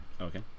Okay